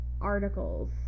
articles